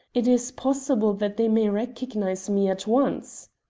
it is possible that they may recognize me at once.